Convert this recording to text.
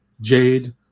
Jade